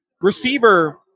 Receiver